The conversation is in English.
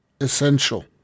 Essential